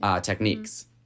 techniques